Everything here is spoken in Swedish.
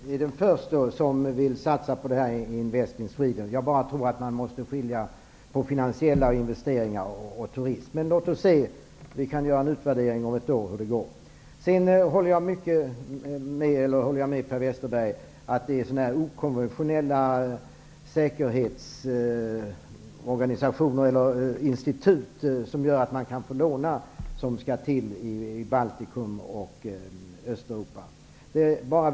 Herr talman! Jag är den förste som vill satsa på Invest in Sweden. Jag tror bara att man måste skilja på finansiella investeringar och turism. Men låt oss se! Vi kan göra en utvärdering om ett år och se hur det har gått. Jag håller med Per Westerberg om att det är okonventionella säkerhetsinstitut, som ser till att man får låna, som behövs i Baltikum och Östeuropa.